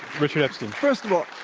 richard epstein. first of all,